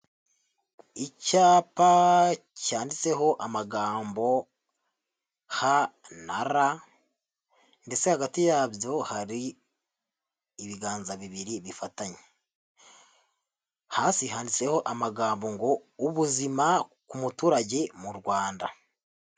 Icyapa cyanditseho amagambo H na R ndetse hagati yabyo hari ibiganza bibiri bifatanye, hasi handitseho amagambo ngo ''ubuzima ku muturage mu Rwanda''.